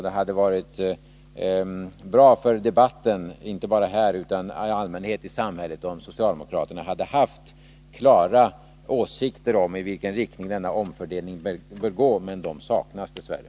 Det hade varit bra för debatten inte bara här utan i samhället i allmänhet, om socialdemokraterna hade haft klara åsikter om i vilken riktning denna omfördelning bör gå, men de saknas dess värre.